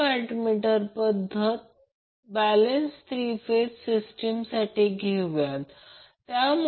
आकृती 29 मधील three phase balanced load Z 8 j6Ω आहे